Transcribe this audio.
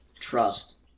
trust